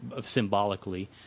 symbolically